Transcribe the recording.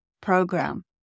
program